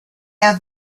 have